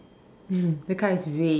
the car is red